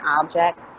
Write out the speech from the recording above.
object